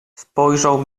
spojrzał